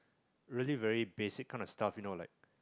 really very basic kind of stuff you know like